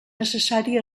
necessari